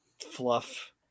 fluff